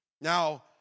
Now